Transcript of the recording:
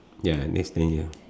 ya next day ya